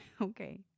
Okay